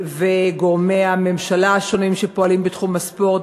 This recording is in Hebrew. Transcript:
גורמי הממשלה השונים שפועלים בתחום הספורט,